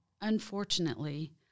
unfortunately